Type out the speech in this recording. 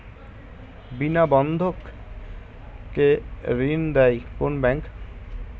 বিনা বন্ধক কে ঋণ দেয় কোন ব্যাংক?